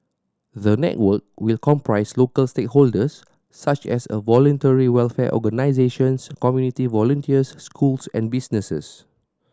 the network will comprise local stakeholders such as a voluntary welfare organisations community volunteers schools and businesses